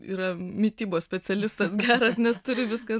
yra mitybos specialistas geras nes turi viską